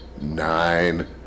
nine